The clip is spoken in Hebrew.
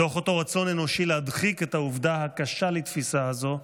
מתוך אותו רצון אנושי להדחיק את העובדה הקשה לתפיסה הזו,